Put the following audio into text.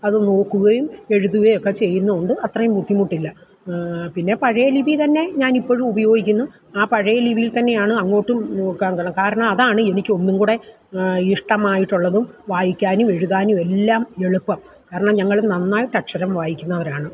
അത് നോക്കുകയും എഴുതുകയുമൊക്കെ ചെയ്യുന്നുണ്ട് അത്രയും ബുദ്ധിമുട്ടില്ല പിന്നെ പഴയ ലിപി തന്നെ ഞാനിപ്പഴും ഉപയോഗിക്കുന്നു ആ പഴയ ലിപിയിൽ തന്നെയാണ് അങ്ങോട്ടും കാരണം അതാണെനിക്ക് ഒന്നുംകൂടെ ഇഷ്ടമായിട്ടുള്ളതും വായിക്കാനും എഴുതാനും എല്ലാം എളുപ്പം കാരണം ഞങ്ങള് നന്നായിട്ട് അക്ഷരം വായിക്കുന്നവരാണ്